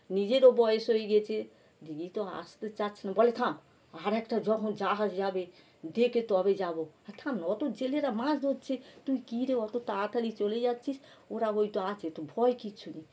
নিজেরও বয়স হয়ে গেছে দিদি তো আসতে চাইছে না বলে থাম আর একটা যখন জাহাজ যাবে দেখে তবে যাবো থাম না অত জেলেরা মাছ ধরছে তুই কি রে অত তাড়াতাড়ি চলে যাচ্ছিস ওরা বই তো আছে তো ভয় কিচ্ছু নেই